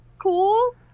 cool